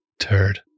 turd